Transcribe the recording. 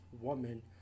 woman